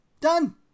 Done